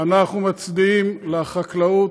אנחנו מצדיעים לחקלאות,